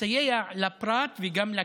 סייע לפרט וגם לקהילה.